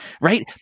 right